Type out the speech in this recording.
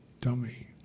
dummy